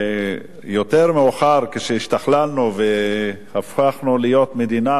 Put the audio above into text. מאוחר יותר השתכללנו והפכנו להיות מדינה